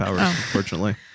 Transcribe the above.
unfortunately